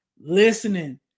listening